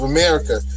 America